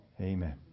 Amen